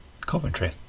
Coventry